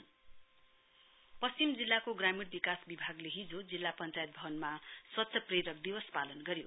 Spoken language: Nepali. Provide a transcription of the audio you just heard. स्वच्छ प्रेरक दिवस पश्चिम जिल्लाको ग्रामीण विकास विभागले हिजो जिल्ला पश्चायत भवनमा स्वच्छ प्रेरक दिवस पालन गर्यो